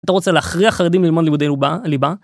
אתה רוצה להכריע חרדים ללמוד לימודי ליבה...ליבה?